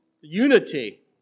unity